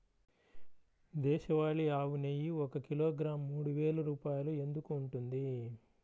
దేశవాళీ ఆవు నెయ్యి ఒక కిలోగ్రాము మూడు వేలు రూపాయలు ఎందుకు ఉంటుంది?